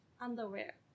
underwear